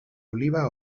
oliba